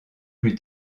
plus